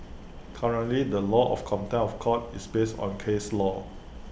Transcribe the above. currently the law of contempt of court is based on case law